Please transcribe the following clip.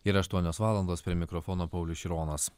yra aštuonios valandos prie mikrofono paulius šironas